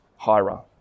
Hira